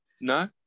no